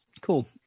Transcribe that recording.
cool